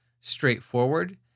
straightforward